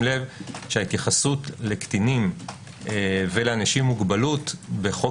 לב שההתייחסות לקטינים ולאנשים עם מוגבלות בחוק